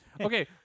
Okay